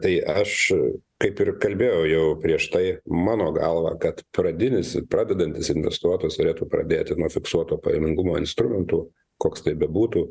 tai aš kaip ir kalbėjau jau prieš tai mano galva kad pradinis pradedantis investuotojas turėtų pradėti nuo fiksuoto pajamingumo instrumentų koks tai bebūtų